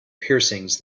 piercings